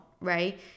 right